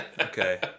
okay